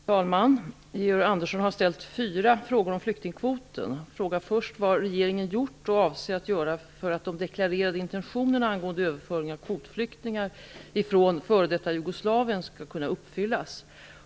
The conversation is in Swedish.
Fru talman! Georg Andersson har ställt fyra frågor om flyktingkvoten. Georg Andersson frågar vad regeringen gjort och avser göra för att de deklarerade intentionerna angående överföring av kvotflyktingar från f.d. Jugoslavien skall kunna uppfyllas.